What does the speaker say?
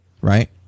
right